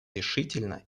решительно